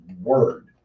word